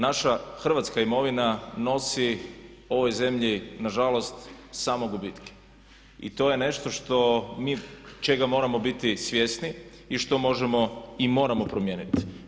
Naša Hrvatska imovina nosi ovoj zemlji nažalost samo gubitke i to je nešto što mi, čega moramo biti svjesni i što možemo i moramo promijeniti.